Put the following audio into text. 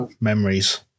memories